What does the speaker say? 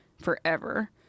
forever